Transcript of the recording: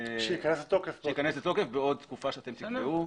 שייכנס לתוקף בעוד תקופה שאתם תקבעו.